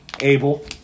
Abel